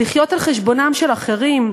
לחיות על חשבונם של אחרים.